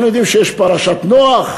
אנחנו יודעים שיש פרשת נח,